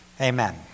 Amen